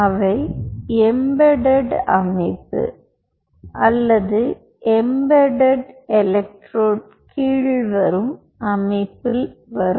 அவை எம்பேடெட் அமைப்பு அல்லது எம்பேடெட் எலெக்ட்ரோடு கீழ் வரும் அமைப்பில் வரும்